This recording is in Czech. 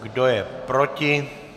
Kdo je proti?